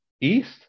east